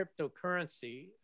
cryptocurrency